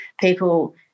People